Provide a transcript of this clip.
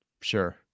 Sure